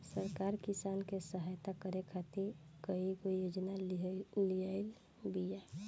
सरकार किसान के सहयता करे खातिर कईगो योजना लियाइल बिया